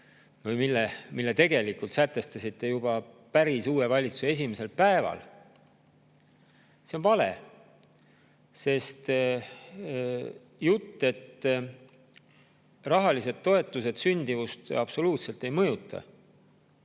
mille tegelikult sätestasite juba uue valitsuse päris esimesel päeval, on vale. Jutt, et rahalised toetused sündimust absoluutselt ei mõjuta,